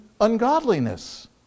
ungodliness